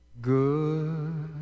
good